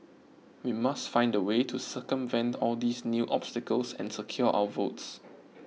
we must find a way to circumvent all these new obstacles and secure our votes